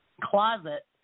closet